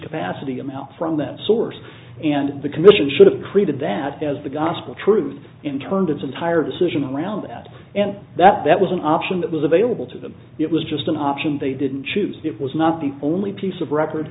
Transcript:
capacity amount from that source and the commission should have created that as the gospel truth and turned its entire decision around that and that that was an option that was available to them it was just an option they didn't choose that was not the only piece of record